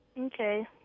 Okay